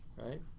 right